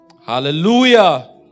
Hallelujah